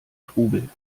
trubel